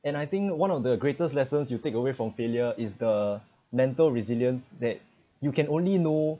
and I think one of the greatest lessons you take away from failure is the mental resilience that you can only know